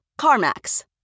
CarMax